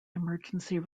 emergency